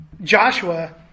Joshua